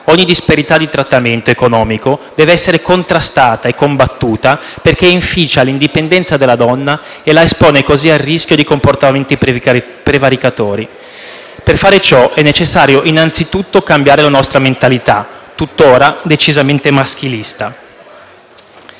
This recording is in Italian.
ogni disparità di trattamento economico deve essere contrastata e combattuta, perché inficia l'indipendenza della donna e la espone così al rischio di comportamenti prevaricatori. Per fare ciò, è necessario innanzitutto cambiare la nostra mentalità, tuttora decisamente maschilista.